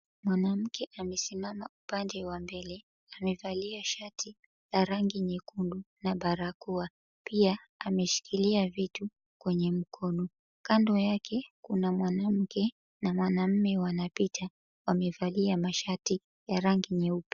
Mwanamke amesimama upande wa mbele amevalia shati la rangi nyekundu na barakoa pia ameshikilia vitu kwenye mkono kando yake, kuna mwanamke na mwanaume wanapita wamevalia mashati ya rangi nyeupe.